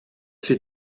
sie